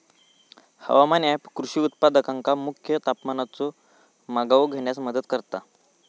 हवामान ऍप कृषी उत्पादकांका मुख्य तापमानाचो मागोवो घेण्यास मदत करता